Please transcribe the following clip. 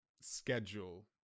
schedule